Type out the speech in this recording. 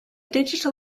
digital